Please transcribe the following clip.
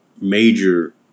major